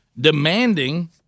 demanding